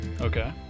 Okay